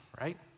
right